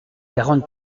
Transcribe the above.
quarante